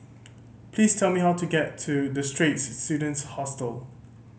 please tell me how to get to The Straits Students Hostel